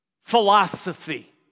philosophy